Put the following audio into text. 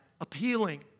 appealing